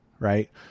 right